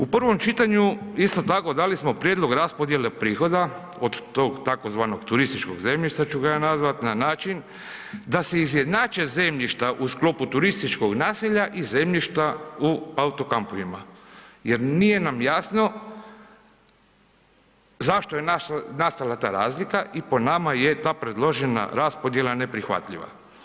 U prvom čitanju isto tako dali smo prijedlog raspodjele prihoda od tog tzv. turističkog zemljišta ču ga ja nazvat, na način da se izjednače zemljišta u sklopu turističkog naselja i zemljišta u auto-kampovima jer nije nam jasno zašto je nastala ta razlika i po nama je ta predložena raspodjela neprihvatljiva.